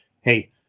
hey